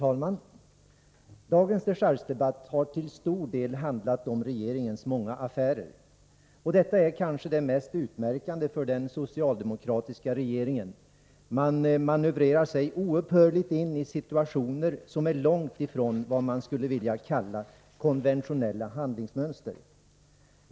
Fru talman! Dagens dechargedebatt har till stor del handlat om regeringens många s.k. affärer. Och detta är kanske det mest utmärkande för den socialdemokratiska regeringen — man manövrerar sig oupphörligt in i situationer som är långt ifrån vad man skulle vilja kalla konventionella handlingsmönster.